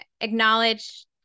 acknowledge